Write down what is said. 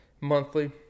monthly